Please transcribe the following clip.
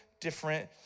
different